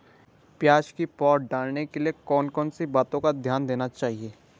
प्याज़ की पौध डालने के लिए कौन कौन सी बातों का ध्यान देना चाहिए?